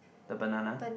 the banana